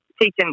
teaching